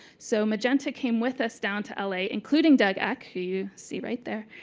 so magenta came with us down to l a, including douglas eck, who you see right there,